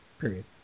Period